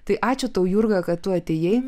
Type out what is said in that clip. tai ačiū tau jurga kad tu atėjai